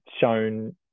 shown